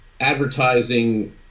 advertising